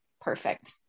perfect